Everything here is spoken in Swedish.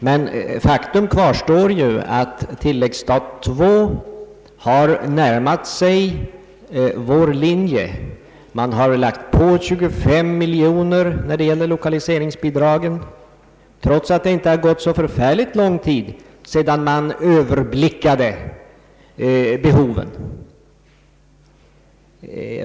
Men faktum kvarstår att tilläggsstat II har närmat sig vår linje. Man har lagt på 25 miljoner kronor när det gäller lokaliseringsbidragen, trots att det inte har gått så lång tid sedan man ”överblickade” behoven.